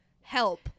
Help